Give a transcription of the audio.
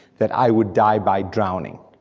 that i would die by drowning.